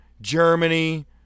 Germany